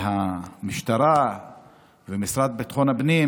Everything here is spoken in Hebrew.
המשטרה ומשרד ביטחון הפנים